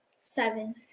Seven